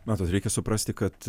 matot reikia suprasti kad